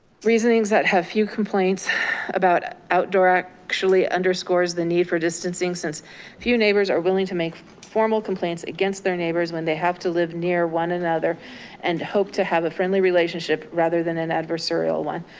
reasonings that have few complaints about ah outdoor actually underscores the need for distance distance since few neighbors are willing to make formal complaints against their neighbors when they have to live near one another and hope to have a friendly relationship rather than an adversarial one.